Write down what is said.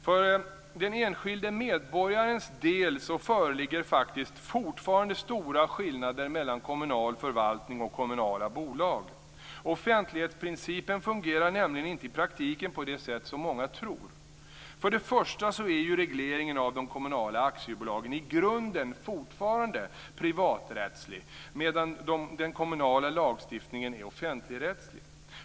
För den enskilde medborgarens del föreligger det faktiskt fortfarande stora skillnader mellan kommunal förvaltning och kommunala bolag. Offentlighetsprincipen fungerar nämligen inte i praktiken på det sätt som många tror. För det första är ju regleringen av de kommunala aktiebolagen i grunden fortfarande privaträttslig, medan den kommunala lagstiftningen är offentligrättslig.